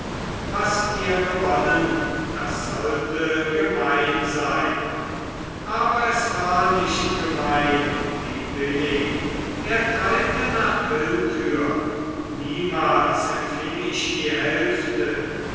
was wir gewonnen das sollte gemein sein aber es war nicht gemein wie billig er teilte nach willkür niemals empfing ich die hälfte